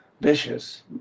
vicious